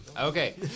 Okay